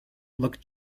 look